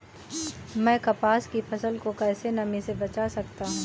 मैं कपास की फसल को कैसे नमी से बचा सकता हूँ?